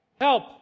Help